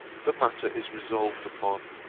the matter is resolved upon.